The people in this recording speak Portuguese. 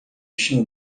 chão